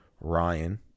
Ryan